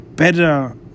better